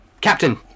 Captain